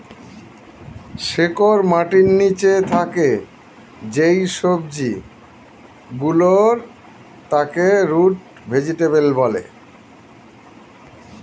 শিকড় মাটির নিচে থাকে যেই সবজি গুলোর তাকে রুট ভেজিটেবল বলে